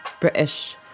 British